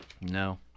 No